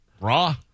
Raw